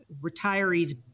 retirees